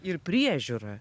ir priežiūrą